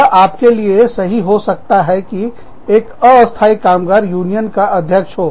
यह आपके लिए सही हो सकता है कि एक अस्थाई कामगार यूनियन का अध्यक्ष हो